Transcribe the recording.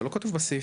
זה לא כתוב בסעיף.